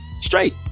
straight